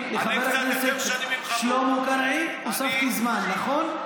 לחבר הכנסת שלמה קרעי הוספתי זמן, נכון?